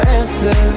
answer